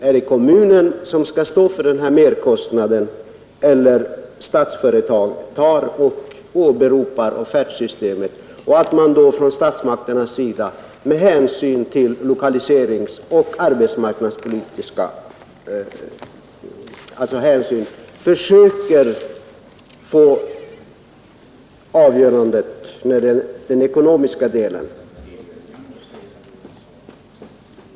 Är det kommunen som skall stå för merkostnaden eller skall Statsföretag åberopa offertsystemet av lokaliseringsoch arbetsmarknadspolitiska hänsyn?